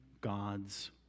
God's